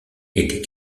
était